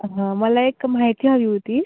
हां मला एक माहिती हवी होती